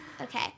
Okay